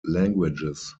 languages